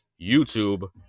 YouTube